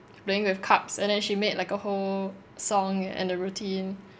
playing with cups and then she made like a whole song and a routine